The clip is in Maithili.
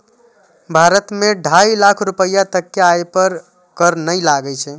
भारत मे ढाइ लाख रुपैया तक के आय पर कर नै लागै छै